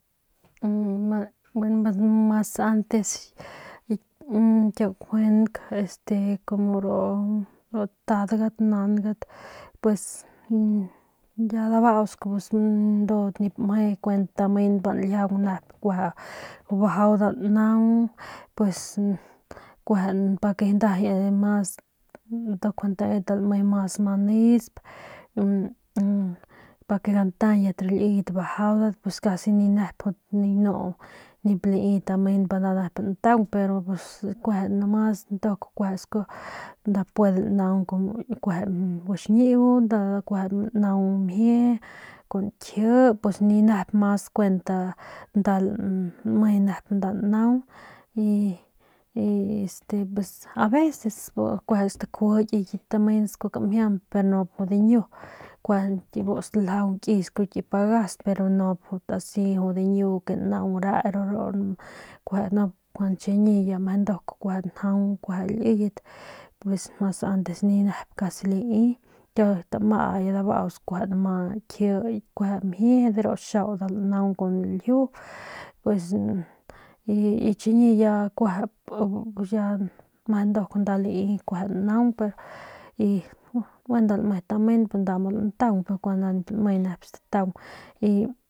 Gueno mas antes kiau kjuenk como ru tadgan nank ya dabausk pus ndudat nip mje kuent tamen pa nljiaung nep kueje bajau nda naung pues pa ke kueje nda mas kjuande tedat nda lame mas manesp pa ke gantayat ru liyet bajaudat pues casi ni nep nijiy ganu nip lai tamen pa nda nep ntaung pero nomas nduk sku nda puede lanaung kueje guaxñiu nda kueje lanaung mjie kun kji pus ni nep mas kuent nda lame nda naung y pues este aveces bu ki stakjuji kiy ki tamen kmjiamp pero nup diñu kueje bu staljaung kiy ki pagas pero nup jut asi diñu naung re pero ru nup nkjuande chiñi ya meje nduk njaung kueje liyet pues mas antes ni nep casi lai kiau tama ya dabaus ya ma kji kueje mjie de ru xiau nda lanaung kun ljiu pues chiñi ya kueje ya meje nduk meje lai nda naung y gueno nda lame tamen nda muu lantaung kun y.